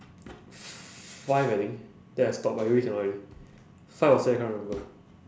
five I think then I stop I really cannot already five or si~ I can't remember